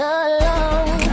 alone